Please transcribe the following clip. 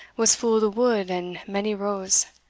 was full the wood and many roes,